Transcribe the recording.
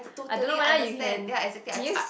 totally understand ya exactly I